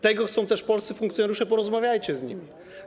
Tego chcą też polscy funkcjonariusze, porozmawiajcie z nimi.